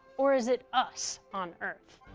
or is it us on earth?